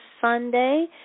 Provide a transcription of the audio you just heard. Sunday